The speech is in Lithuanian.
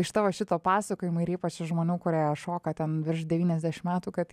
iš tavo šito pasakojimo ir ypač iš žmonių kurie šoka ten virš devyniasdešim metų kad